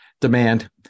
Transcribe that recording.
demand